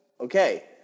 Okay